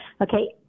okay